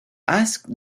asked